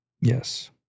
Yes